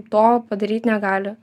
to padaryt negali